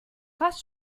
fast